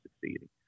succeeding